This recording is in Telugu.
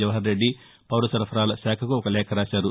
జవహర్ రెడ్డి పౌర సరఫరాల శాఖకు ఒక లేఖ రాశారు